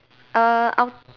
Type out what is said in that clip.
err uh